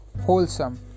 wholesome